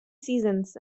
seasons